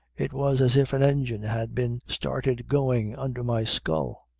it was as if an engine had been started going under my skull.